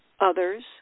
others